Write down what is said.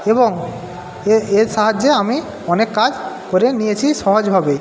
এবং এ এর সাহায্যে আমি অনেক কাজ করে নিয়েছি সহজভাবেই